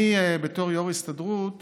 בתור יושב-ראש ההסתדרות